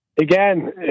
again